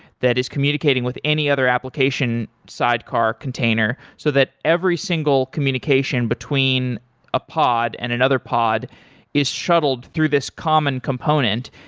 that is communicating with any other application sidecar container so that every single communication between a pod and another pod is shuttled through this common component,